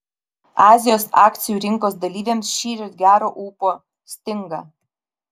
azijos akcijų rinkos dalyviams šįryt gero ūpo stinga